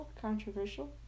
controversial